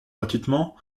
gratuitement